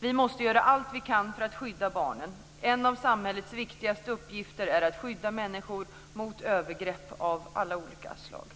Vi måste göra allt vi kan för att skydda barnen. En av samhällets viktigaste uppgifter är att skydda människor mot övergrepp av alla olika slag.